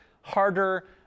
harder